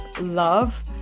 love